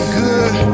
good